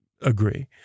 agree